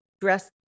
dress